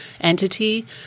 entity